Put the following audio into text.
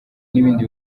n’ibindi